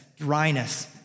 dryness